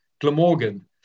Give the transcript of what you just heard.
Glamorgan